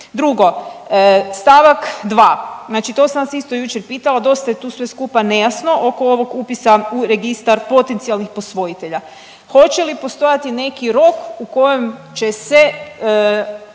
Drugo, stavak 2. znači to sam vas isto jučer pitala dosta je tu sve skupa nejasno oko ovog upisa u registar potencijalnih posvojitelja. Hoće li postojati neki rok u kojem će se